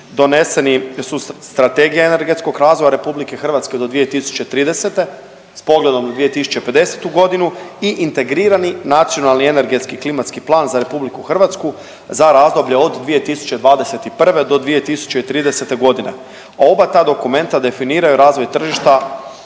doneseni su Strategija energetskog razvoja RH do 2030. s pogledom na 2050.g. i Integrirani nacionalni energetski klimatski plan za RH za razdoblje od 2021. do 2030.g., a oba ta dokumenta definiraju razvoj tržišta